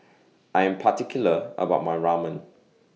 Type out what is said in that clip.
I Am particular about My Ramen